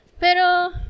pero